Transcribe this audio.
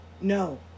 No